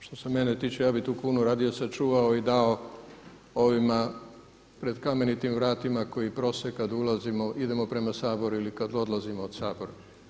Što se mene tiče ja bih tu kunu radije sačuvao i dao ovima pred kamenitim vratima koji prose kad ulazimo, kad idemo prema Saboru ili kad odlazimo od Sabora.